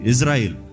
Israel